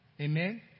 Amen